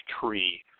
tree